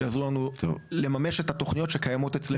שיעזרו לנו לממש את התוכניות שקיימות אצלנו.